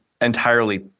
entirely